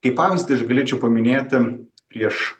kaip pavyzdį aš galėčiau paminėti prieš